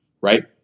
right